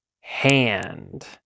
hand